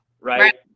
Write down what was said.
right